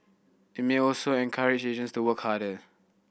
it may also encourage agents to work harder